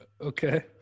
okay